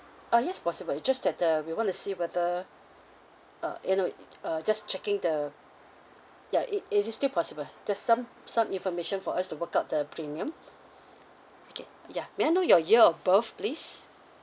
ah yes possible it just that uh we want to see whether uh you know it uh just checking the ya it it is still possible just some some information for us to work out the premium okay ya may I know your year of birth please